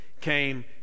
came